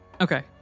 Okay